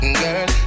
girl